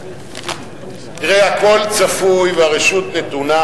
תראה, הכול צפוי והרשות נתונה,